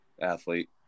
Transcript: athlete